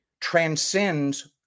transcends